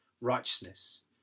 righteousness